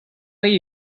way